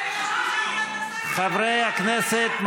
חברי הכנסת,